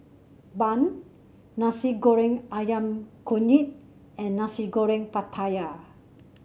Bun Nasi Goreng ayam Kunyit and Nasi Goreng Pattaya